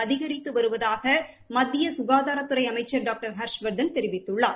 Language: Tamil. அதிகரித்து வருவதாக மத்திய சுகாதாரத்துறை அமைச்சர் டாக்டர் ஹர்ஷவர்தன் தெரிவித்துள்ளார்